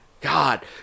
God